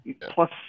plus